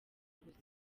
gusa